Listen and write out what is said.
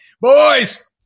boys